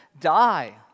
die